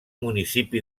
municipi